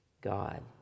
God